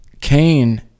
Cain